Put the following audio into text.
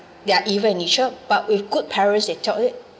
their evil nature but with good parents they